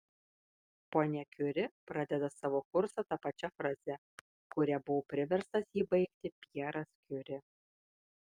ponia kiuri pradeda savo kursą ta pačia fraze kuria buvo priverstas jį baigti pjeras kiuri